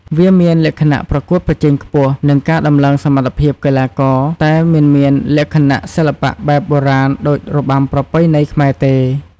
វាមានលក្ខណៈប្រកួតប្រជែងខ្ពស់ និងការតំឡើងសមត្ថភាពកីឡាករ តែមិនមានលក្ខណៈសិល្បៈបែបបុរាណដូចរបាំប្រពៃណីខ្មែរទេ។